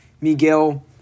Miguel